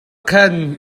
khan